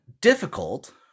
difficult